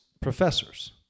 professors